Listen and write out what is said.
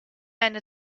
eine